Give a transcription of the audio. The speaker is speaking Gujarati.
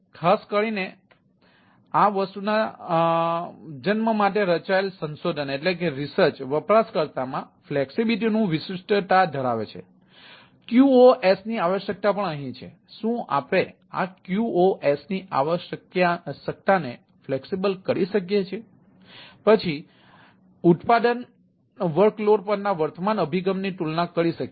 ખાસ કરીને આ ખાસ વસ્તુના જન્મ માટે રચાયેલ સંશોધન પરના વર્તમાન અભિગમની તુલના કરી શકીએ છીએ